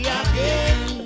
again